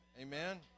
Amen